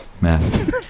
man